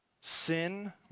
Sin